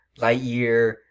Lightyear